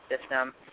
system